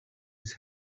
his